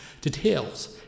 details